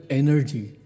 energy